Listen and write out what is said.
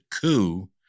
coup